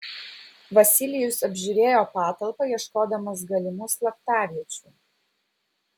vasilijus apžiūrėjo patalpą ieškodamas galimų slaptaviečių